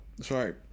Sorry